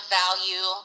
value